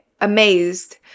amazed